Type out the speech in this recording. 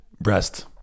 breast